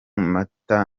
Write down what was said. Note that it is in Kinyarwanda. mata